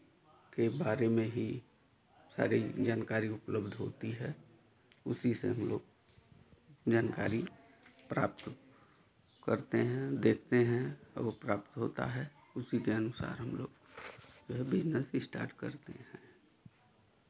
के बारे में ही सारी जानकारी उपलब्ध होती है उसी से हम लोग जानकारी प्राप्त करते हैं देखते हैं अब वो प्राप्त होता है उसी के अनुसार हम लोग जो है बिज़नेस स्टार्ट करते हैं